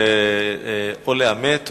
שאלה נוספת לבן-ארי או